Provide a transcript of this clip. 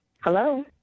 Hello